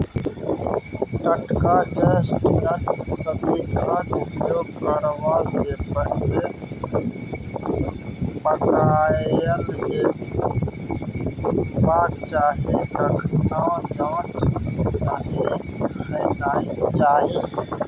टटका चेस्टनट सदिखन उपयोग करबा सँ पहिले पकाएल जेबाक चाही कखनहुँ कांच नहि खेनाइ चाही